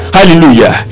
Hallelujah